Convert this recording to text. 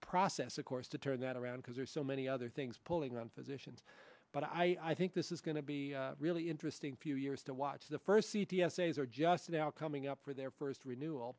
process of course to turn that around because there's so many other things pulling on physicians but i think this is going to be really interesting few years to watch the first seat the essays are just now coming up for their first renewal